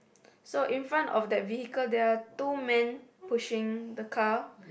so in front of that vehicle there are two men pushing the car